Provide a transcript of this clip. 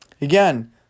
again